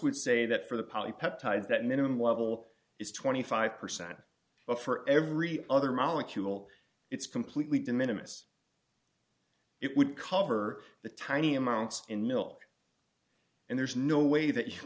would say that for the polypeptides that minimum level is twenty five percent for every other molecule it's completely diminished it would cover the tiny amounts in milk and there's no way that you